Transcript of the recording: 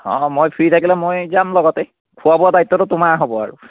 অঁ মই ফ্ৰী থাকিলে মই যাম লগতে খোৱা বোৱা দায়িত্বটো তোমাৰ হ'ব আৰু